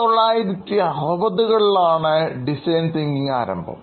1960കളിലെ ആണ് designs thinking ആരംഭം